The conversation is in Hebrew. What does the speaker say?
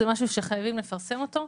זה משהו שחייבים לפרסם אותו,